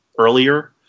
earlier